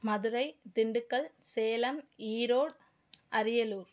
Madurai Dindigul Salem Erode Ariyalur